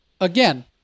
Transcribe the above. Again